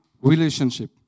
relationship